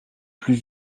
plus